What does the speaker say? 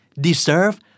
Deserve